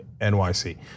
NYC